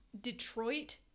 detroit